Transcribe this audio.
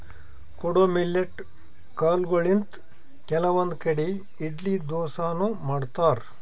ಕೊಡೊ ಮಿಲ್ಲೆಟ್ ಕಾಲ್ಗೊಳಿಂತ್ ಕೆಲವಂದ್ ಕಡಿ ಇಡ್ಲಿ ದೋಸಾನು ಮಾಡ್ತಾರ್